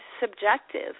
subjective